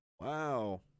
Wow